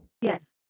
Yes